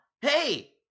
hey